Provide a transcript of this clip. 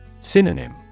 Synonym